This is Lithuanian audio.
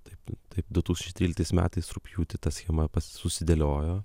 taip taip du tūkstančiai tryliktais metais rugpjūtį ta schema susidėliojo